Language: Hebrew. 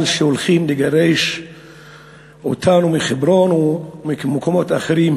כך שהולכים לגרש אותנו מחברון וממקומות אחרים.